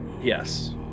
yes